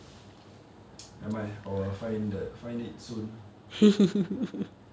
nevermind I will find the I will find it soon